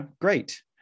great